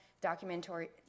documentary